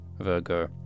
Virgo